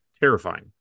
terrifying